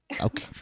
Okay